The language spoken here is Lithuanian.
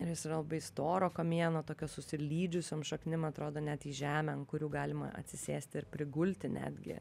ir jis yra labai storo kamieno tokio susilydžiusiom šaknim atrodo net į žemę ant kurių galima atsisėsti ir prigulti netgi